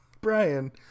Brian